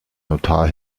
notar